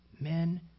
men